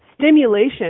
Stimulation